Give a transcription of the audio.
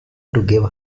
give